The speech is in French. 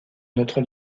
notre